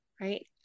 right